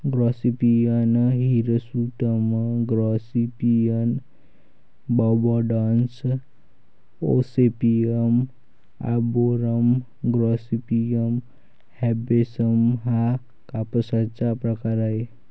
Gossypium hirsutum, Gossypium barbadense, Gossypium arboreum, Gossypium herbaceum हा कापसाचा प्रकार आहे